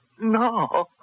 no